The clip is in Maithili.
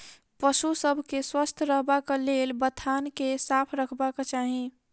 पशु सभ के स्वस्थ रखबाक लेल बथान के साफ रखबाक चाही